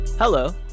Hello